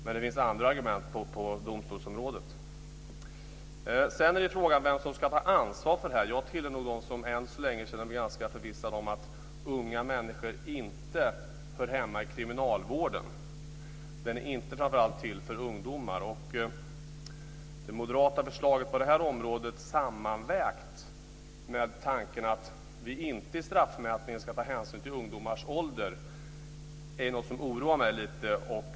Men det finns andra argument på domstolsområdet. Sedan är det frågan vem som ska ta ansvar för det här. Jag tillhör nog dem som än så länge känner sig ganska förvissade om att unga människor inte hör hemma i kriminalvården. Den är inte till framför allt för ungdomar. Det moderata förslaget på det här området, sammanvägt med tanken att vi inte i straffmätningen ska ta hänsyn till ungdomars ålder, är något som oroar mig lite.